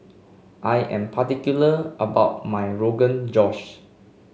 I am particular about my Rogan Josh